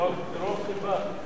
שלוש דקות.